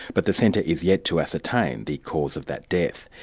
but the centre is yet to ascertain the cause of that death.